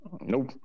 Nope